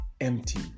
empty